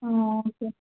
ಹಾಂ ಓಕೆ